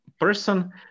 person